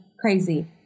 crazy